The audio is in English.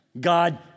God